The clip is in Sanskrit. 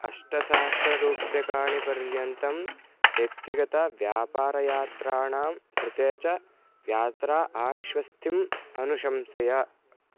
अष्टसहस्ररूप्यकाणि पर्यन्तं व्यक्तिगत व्यापारयात्राणां कृते च यात्रा आश्वस्तिम् अनुशंसय